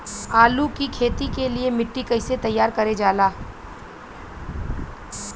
आलू की खेती के लिए मिट्टी कैसे तैयार करें जाला?